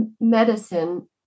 medicine